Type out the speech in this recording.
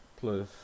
plus